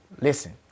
listen